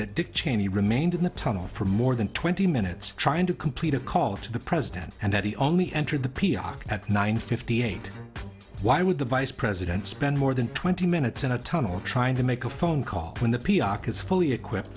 that dick cheney remained in the tunnel for more than twenty minutes trying to complete a call to the president and that he only entered the piave at nine fifty eight why would the vice president spend more than twenty minutes in a tunnel trying to make a phone call when the p r is fully equipped